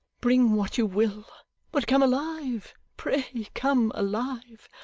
bring what you will but come alive, pray come alive.